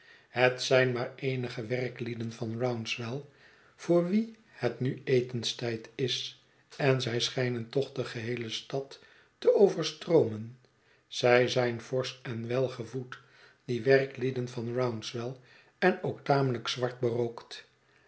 het zijn maar eenige werklieden van rouncewell voor wie het nu etenstijd is en zij schijnen toch de geheele stad te o verstroomen zij zijn forsch en welgevoed die werklieden van rouncewell en ook tamelijk zwart berookt